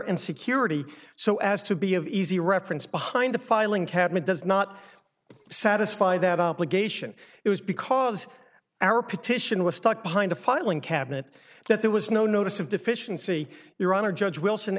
and security so as to be of easy reference behind the filing cabinet does not satisfy that obligation it was because our petition was stuck behind a filing cabinet that there was no notice of deficiency your honor judge wilson